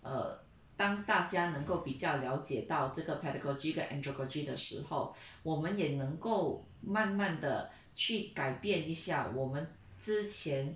err 当大家能够比较了解到这个 pedagogy 跟 andragogy 的时候我们也能够慢慢的去改变一下我们之前